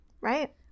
Right